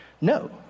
No